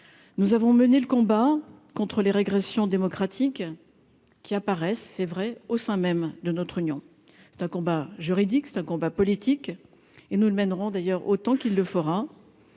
nous avons mené le combat contre les régressions démocratiques qui apparaissent, c'est vrai, au sein même de notre union, c'est un combat juridique, c'est un combat politique et nous le mènerons d'ailleurs autant qu'il le fera,